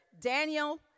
Daniel